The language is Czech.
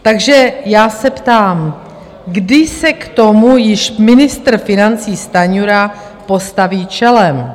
Takže já se ptám, kdy se k tomu již ministr financí Stanjura postaví čelem.